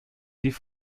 die